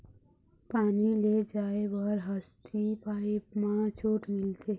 पानी ले जाय बर हसती पाइप मा छूट मिलथे?